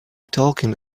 talking